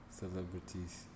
celebrities